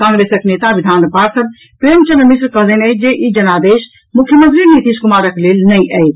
कांग्रेसक नेता आ विधान पार्षद प्रेमचंद्र मिश्र कहलनि अछि जे ई जनादेश मुख्यमंत्री नीतीश कुमारक लेल नहि अछि